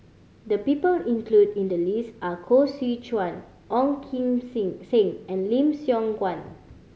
the people included in the list are Koh Seow Chuan Ong Kim Sing Seng and Lim Siong Guan